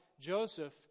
Joseph